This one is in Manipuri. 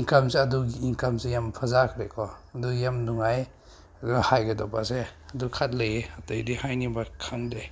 ꯏꯟꯀꯝꯁꯦ ꯌꯥꯝ ꯐꯖꯈ꯭ꯔꯦꯀꯣ ꯑꯗꯨ ꯌꯥꯝ ꯅꯨꯡꯉꯥꯏ ꯑꯗꯨ ꯍꯥꯏꯒꯗꯕꯁꯦ ꯑꯗꯨ ꯈꯔ ꯂꯩꯌꯦ ꯑꯇꯩꯗꯤ ꯍꯥꯏꯅꯤꯡꯕ ꯈꯪꯗꯦ